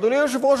אדוני היושב-ראש,